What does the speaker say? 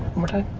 more time.